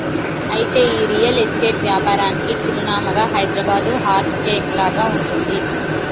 అయితే ఈ real estate వ్యాపారానికి చిరునామాగా హైదరాబాదు హార్ట్ కేక్ లాగా ఉంటుంది